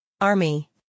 army